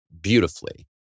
beautifully